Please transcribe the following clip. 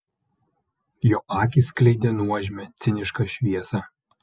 jo akys skleidė nuožmią cinišką šviesą